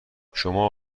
شما